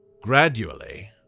Gradually